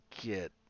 get